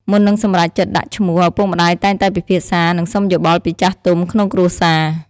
មុននឹងសម្រេចចិត្តដាក់ឈ្មោះ ឪពុកម្តាយតែងតែពិភាក្សា និងសុំយោបល់ពីចាស់ទុំក្នុងគ្រួសារ។